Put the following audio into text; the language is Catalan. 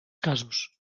casos